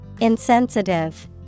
Insensitive